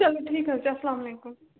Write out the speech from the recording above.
چلو ٹھیٖک حظ چھُ اسلامُ علیکُم